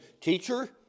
Teacher